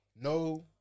No